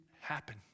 happen